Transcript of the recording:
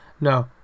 No